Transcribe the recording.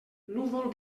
núvol